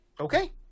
Okay